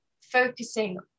focusing